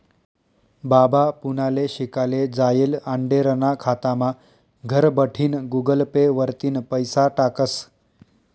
बाबा पुनाले शिकाले जायेल आंडेरना खातामा घरबठीन गुगल पे वरतीन पैसा टाकस